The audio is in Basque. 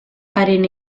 haren